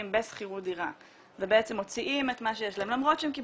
בשכירות דירה ומוציאים את מה שיש להם,